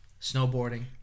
snowboarding